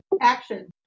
Action